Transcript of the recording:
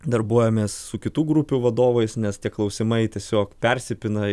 darbuojamės su kitų grupių vadovais nes tie klausimai tiesiog persipina